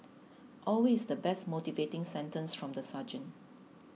always the best motivating sentence from the sergeant